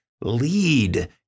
Lead